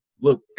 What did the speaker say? look